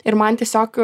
ir man tiesiog